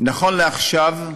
נכון לעכשיו,